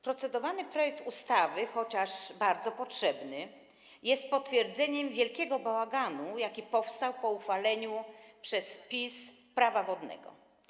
Procedowany projekt ustawy - chociaż bardzo potrzebny - jest potwierdzeniem wielkiego bałaganu, jaki powstał po uchwaleniu przez PiS Prawa wodnego.